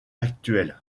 actuels